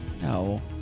No